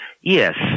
Yes